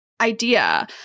idea